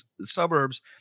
suburbs